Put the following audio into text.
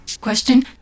question